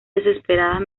desesperadas